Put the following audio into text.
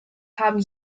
haben